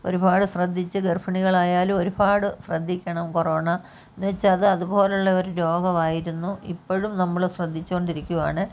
ഒരുപാട് ശ്രദ്ധിച്ച് ഗർഭിണികളായാലും ഒരുപാടു ശ്രദ്ധിക്കണം കൊറോണ എന്നുവെച്ചാൽ അത് അത് പോലെയുള്ള ഒരു രോഗമായിരുന്നു ഇപ്പോഴും നമ്മൾ ശ്രദ്ധിച്ചു കൊണ്ടിരിക്കുകയാണ്